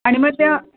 आणि मग त्या